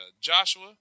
Joshua